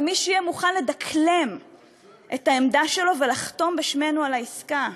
במי שיהיה מוכן לדקלם את העמדה שלו ולחתום בשמנו על העסקה.